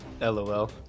LOL